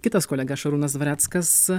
kitas kolega šarūnas dvareckas